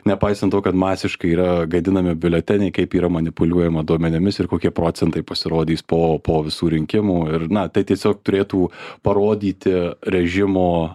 nepaisant to kad masiškai yra gadinami biuleteniai kaip yra manipuliuojama duomenimis ir kokie procentai pasirodys po po visų rinkimų ir na tai tiesiog turėtų parodyti režimo